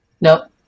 No